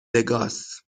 وگاس